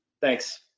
Thanks